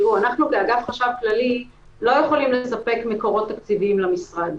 כאגף חשב כללי אנחנו לא יכולים לספק מקורות תקציביים למשרד.